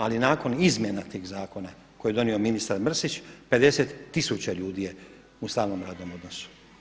Ali nakon izmjena tih zakona koje je donio ministar Mrsić 50 tisuća ljudi je u stalnom radnom odnosu.